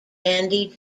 andy